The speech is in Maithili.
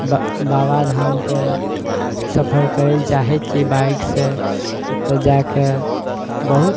बा बाबाधामके सफर करय लए चाहय छियै बाइकसँ ओतय जा कए बहुत